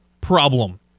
problem